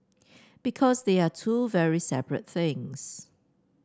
because they are two very separate things